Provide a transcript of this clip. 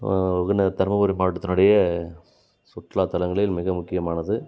நம்ம தர்மபுரி மாவட்டத்தினுடைய சுற்றுலாத்தலங்களில் மிக முக்கியமானது